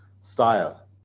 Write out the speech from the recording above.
style